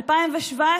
2017,